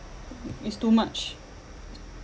i~ is too much